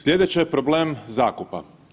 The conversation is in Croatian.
Slijedeće je problem zakupa.